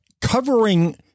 covering